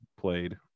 played